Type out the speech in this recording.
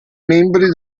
membri